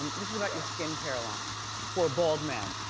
and this is about your skin care line for bald men.